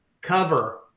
cover